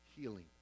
healing